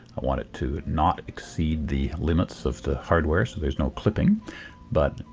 i want it to not exceed the limits of the hardware so there's no clipping but,